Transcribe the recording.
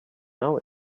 know